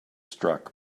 struck